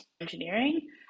engineering